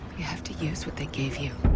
you have to use what they gave you.